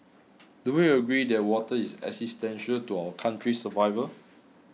do we agree that water is existential to our country's survival